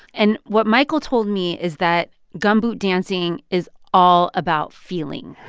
and what michael told me is that gumboot dancing is all about feeling,